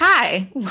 Hi